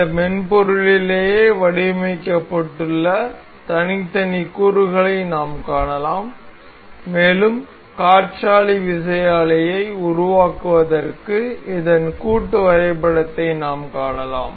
இந்த மென்பொருளிலேயே வடிவமைக்கப்பட்டுள்ள தனித்தனி கூறுகளை நாம் காணலாம் மேலும் காற்றாலை விசையாழியை உருவாக்குவதற்கு இதன் கூட்டு வரைபடத்தை நாம் காணலாம்